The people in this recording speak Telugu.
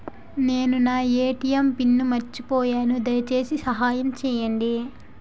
నేను నా ఎ.టి.ఎం పిన్ను మర్చిపోయాను, దయచేసి సహాయం చేయండి